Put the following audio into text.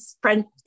French